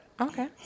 Okay